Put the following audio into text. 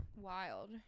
Wild